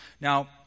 Now